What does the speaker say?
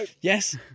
Yes